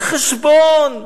אין חשבון.